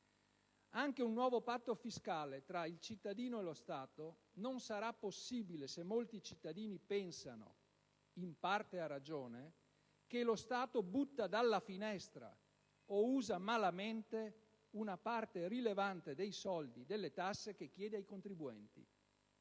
Anche un nuovo patto fiscale tra il cittadino e lo Stato non sarà possibile se molti cittadini pensano, in parte a ragione, che lo Stato butta dalla finestra o usa malamente una parte rilevante dei soldi delle tasse che chiede ai contribuenti.